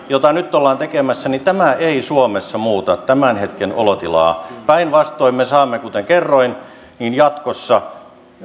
jota nyt ollaan tekemässä ei suomessa muuta tämän hetken olotilaa päinvastoin me saamme kuten kerroin jatkossa